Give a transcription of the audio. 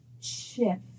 shift